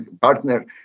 partner